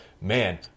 man